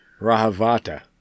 Rahavata